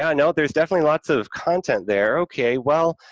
yeah, no, there's definitely lots of content there. okay, well,